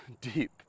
deep